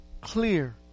clear